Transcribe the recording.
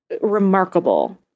remarkable